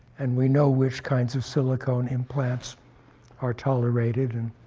and we know which kinds of silicone implants are tolerated. and